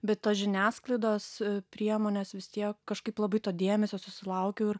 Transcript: bet tos žiniasklaidos priemonės vis tiek kažkaip labai to dėmesio sulaukiau